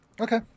Okay